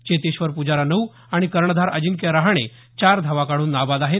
चेतेश्वर पुजारा नऊ आणि कर्णधार अजिंक्य रहाणे चार धावा काढून नाबाद आहेत